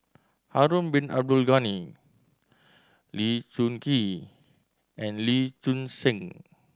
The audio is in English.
Harun Bin Abdul Ghani Lee Choon Kee and Lee Choon Seng